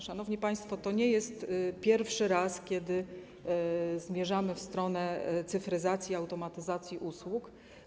Szanowni państwo, to nie jest pierwszy raz, kiedy zmierzamy w stronę cyfryzacji, automatyzacji usług.